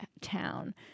town